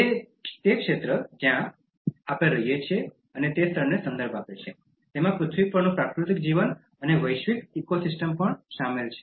તે તે ક્ષેત્ર જ્યાં અમે રહીએ છીએ તે સ્થળનો સંદર્ભ આપે છે તેમાં પૃથ્વી પરનું પ્રાકૃતિક જીવન અને વૈશ્વિક ઇકોસિસ્ટમ શામેલ છે